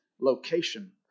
location